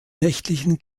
nächtlichen